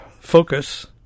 focus